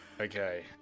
Okay